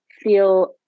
feel